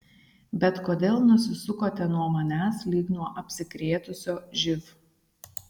bet kodėl nusisukote nuo manęs lyg nuo apsikrėtusio živ